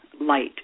light